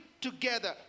together